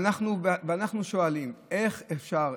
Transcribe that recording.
ואנחנו שואלים: איך אפשר?